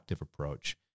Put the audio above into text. approach